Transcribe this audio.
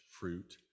fruit